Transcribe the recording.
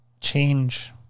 change